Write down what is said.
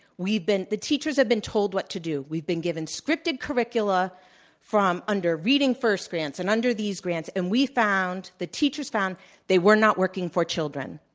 been the teachers have been told what to do. we've been given scripted curricula from under reading first grants and under these grants, and we found the teachers found they were not working for children.